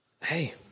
Hey